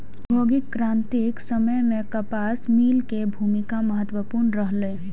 औद्योगिक क्रांतिक समय मे कपास मिल के भूमिका महत्वपूर्ण रहलै